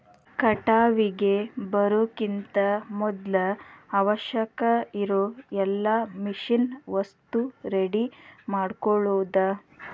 ಕಟಾವಿಗೆ ಬರುಕಿಂತ ಮದ್ಲ ಅವಶ್ಯಕ ಇರು ಎಲ್ಲಾ ಮಿಷನ್ ವಸ್ತು ರೆಡಿ ಮಾಡ್ಕೊಳುದ